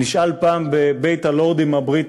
נשאל פעם בבית-הלורדים הבריטי: